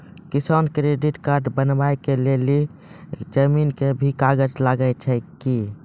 किसान credit card बनबा के लेल जमीन के भी कागज लागै छै कि?